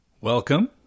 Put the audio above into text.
Welcome